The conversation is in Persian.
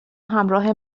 همراه